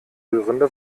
rührende